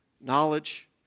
Knowledge